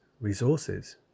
resources